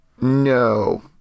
No